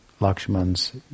Lakshman's